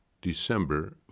December